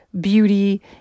beauty